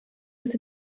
was